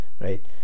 right